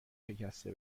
شکسته